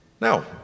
Now